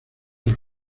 los